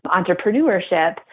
entrepreneurship